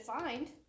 find